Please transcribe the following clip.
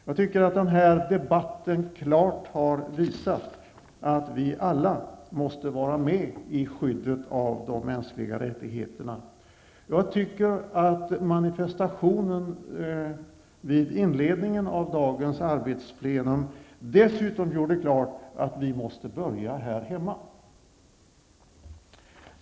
Jag tycker att debatten här klart har visat att vi alla måste vara med beträffande skyddet av de mänskliga rättigheterna. Jag tycker också att den manifestationen tidigare i dag då detta arbetsplenum inleddes klargjorde för oss att vi måste börja här hemma när det gäller detta arbete.